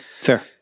fair